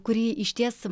kurį išties